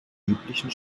üblichen